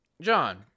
John